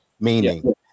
meaning